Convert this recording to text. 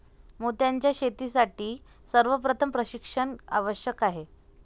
मोत्यांच्या शेतीसाठी सर्वप्रथम प्रशिक्षण आवश्यक आहे